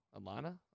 Alana